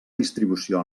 distribució